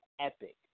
epic